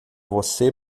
você